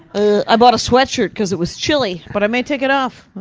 ah, i bought a sweatshirt cause it was chilly. but i may take it off.